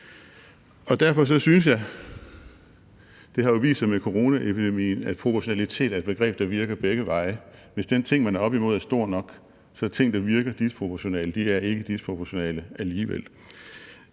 Derfor synes jeg, hvilket har vist sig med coronaepidemien, at proportionalitet er et begreb, der virker begge veje. Hvis den ting, man er oppe imod, er stor nok, er ting, der virker disproportionale, ikke disproportionale alligevel.